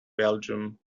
belgium